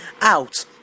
out